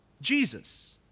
Jesus